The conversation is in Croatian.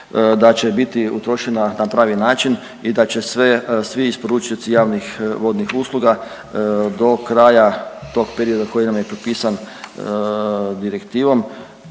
da će biti utrošena na pravi način i da će sve, svi isporučioci javnih vodnih usluga do kraja tog perioda koji nam je propisan direktivom